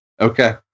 Okay